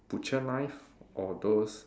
butcher knife or those